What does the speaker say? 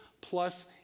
plus